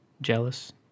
jealous